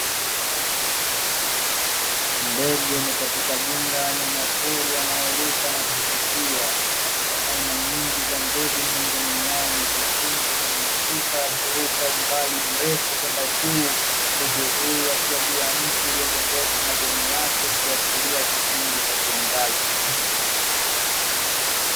Ndege ni katika jumla ya wanyamapori wanaoruka na kuvutia katika aina nyingi za ndege miongoni mwao ni kifungu mwenye sifa ya kuruka umbali mrefu kwenda juu ndege huyu akiwa juu ya mti uliodondosha majani yake ukiashiria kipindi cha kiangazi.